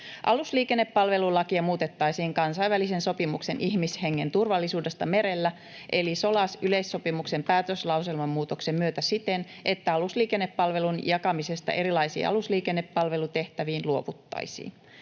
Alusliikennepalvelulakia muutettaisiin kansainvälisen sopimuksen ihmishengen turvallisuudesta merellä eli SOLAS-yleissopimuksen päätöslauselman muutoksen myötä siten, että alusliikennepalvelun jakamisesta erilaisiin alusliikennepalvelutehtäviin luovuttaisiin.